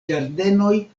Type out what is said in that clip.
ĝardenoj